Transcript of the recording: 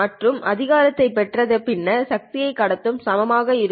மற்றும் அதிகாரத்தைப் பெற்றது பின்னர் சக்தியை கடத்துகிறது சமமாக இருக்கும்